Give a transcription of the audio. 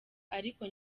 ariko